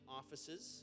offices